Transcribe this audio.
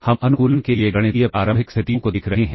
हम अनुकूलन के लिए गणितीय प्रारंभिक स्थितियों को देख रहे हैं